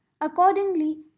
accordingly